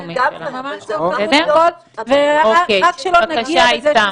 נעשה קונצרט אחד ב-18:00 ואחד ב-21:00.